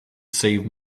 save